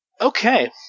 Okay